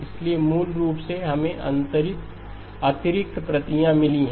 इसलिए मूल रूप से हमें अतिरिक्त प्रतियां मिली हैं